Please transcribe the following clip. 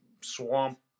swamp